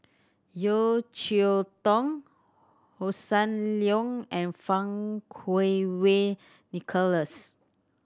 Yeo Cheow Tong Hossan Leong and Fang Kuo Wei Nicholas